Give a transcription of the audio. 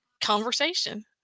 conversation